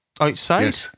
outside